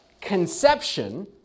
conception